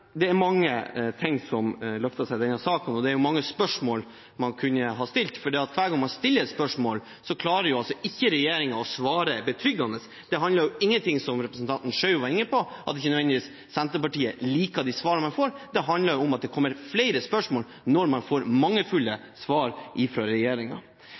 Det er mange ting som løftes i denne saken, og det er mange spørsmål man kunne ha stilt, for hver gang man stiller et spørsmål, klarer altså ikke regjeringen å svare betryggende. Det handler ikke, som representanten Schou var inne på, om at Senterpartiet ikke nødvendigvis liker de svarene man får, det handler om at det kommer flere spørsmål når man får mangelfulle svar fra